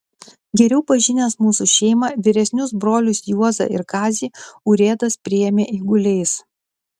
geriau pažinęs mūsų šeimą vyresnius brolius juozą ir kazį urėdas priėmė eiguliais